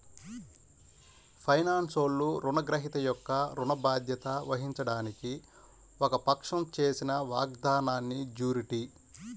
ఫైనాన్స్లో, రుణగ్రహీత యొక్క ఋణ బాధ్యత వహించడానికి ఒక పక్షం చేసిన వాగ్దానాన్నిజ్యూరిటీ